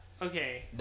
Okay